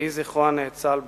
יהי זכרו הנאצל ברוך.